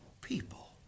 people